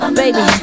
baby